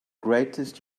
greatest